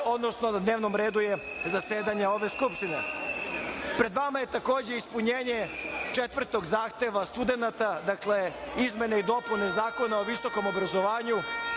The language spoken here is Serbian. odnosno na dnevnom redu je zasedanja ove Skupštine. Pred vama je takođe i ispunjenje 4. zahteva studenata. Dakle, izmene i dopune Zakona o visokom obrazovanju.